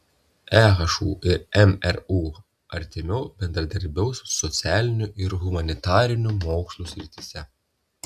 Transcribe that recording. ehu ir mru artimiau bendradarbiaus socialinių ir humanitarinių mokslų srityse